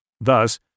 Thus